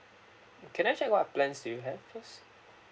can I check what plans do you have first